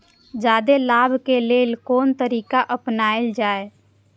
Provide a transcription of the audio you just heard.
जादे लाभ के लेल कोन तरीका अपनायल जाय?